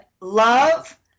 love